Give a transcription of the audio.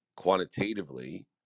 quantitatively